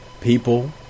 people